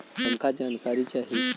हमका जानकारी चाही?